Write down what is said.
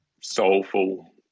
soulful